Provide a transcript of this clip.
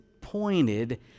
pointed